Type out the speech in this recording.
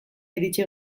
iritsi